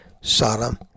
Sodom